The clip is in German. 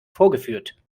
vorgeführt